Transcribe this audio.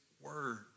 word